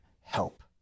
help